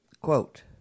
quote